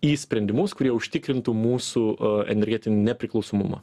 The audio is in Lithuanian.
į sprendimus kurie užtikrintų mūsų energetinį nepriklausomumą